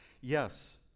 yes